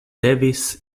devis